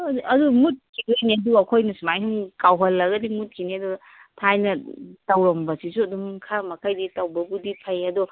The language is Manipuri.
ꯑꯗꯨ ꯃꯨꯠꯈꯤꯗꯣꯏꯅꯤ ꯑꯩꯈꯣꯏꯅ ꯁꯨꯃꯥꯏꯅ ꯁꯨꯝ ꯀꯥꯎꯍꯜꯂꯒꯗꯤ ꯃꯨꯠꯈꯤꯅꯤ ꯑꯗꯣ ꯊꯥꯏꯅ ꯇꯧꯔꯝꯕꯁꯤꯁꯨ ꯑꯗꯨꯝ ꯈꯔ ꯃꯈꯩꯗꯤ ꯇꯧꯕꯕꯨꯗꯤ ꯐꯩ ꯑꯗꯣ